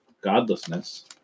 godlessness